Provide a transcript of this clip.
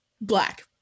black